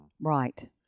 Right